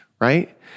right